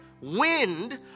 Wind